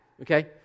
okay